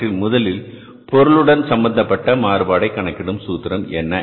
அவற்றில் முதலில் பொருளுடன் சம்பந்தப்பட்ட மாறுபாட்டை கணக்கிடும் சூத்திரம் என்ன